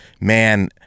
man